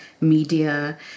media